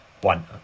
One